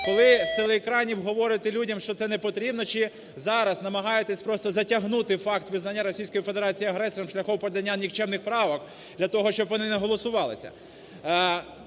коли з телеекранів говорите людям, що це непотрібно, чи зараз намагаєтесь просто затягнути факт визнання Російської Федерації агресором шляхом подання нікчемних правок для того, щоб вони не голосувалися?